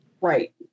Right